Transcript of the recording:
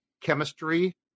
chemistry